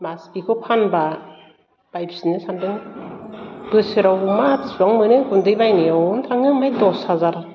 मासेखौ फानबा बायफिन्नो सानदोंमोन बोसोराव मा बिसिबां मोनो गुन्दै बायनायावनो थाङो ओमफाय दस हाजार